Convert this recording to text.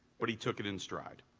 but he took it in stride.